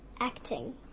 acting